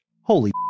holy